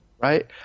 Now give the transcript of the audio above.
Right